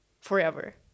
Forever